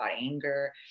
anger